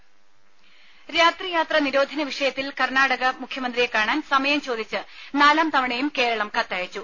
രുര രാത്രിയാത്രാ നിരോധന വിഷയത്തിൽ കർണാടക മുഖ്യമന്ത്രിയെ കാണാൻ സമയം ചോദിച്ച് നാലാംതവണയും കേരളം കത്തയച്ചു